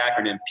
acronym